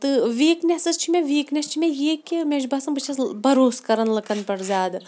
تہٕ ویٖکنٮ۪سٕز چھِ مےٚ ویٖکنٮ۪س چھِ مےٚ یی کہِ مےٚ چھُ باسان بہٕ چھَس بروس کران لُکَن پٮ۪ٹھ زیادٕ